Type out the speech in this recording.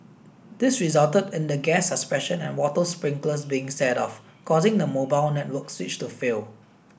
this resulted in the gas suppression and water sprinklers being set off causing the mobile network switch to fail